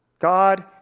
God